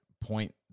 point